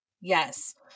yes